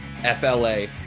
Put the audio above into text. FLA